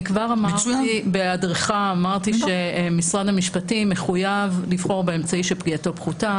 אני אמרתי בהיעדרך שמשרד המשפטים מחויב לבחור באמצעי שפגיעתו פחותה.